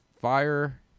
Fire